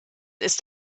ist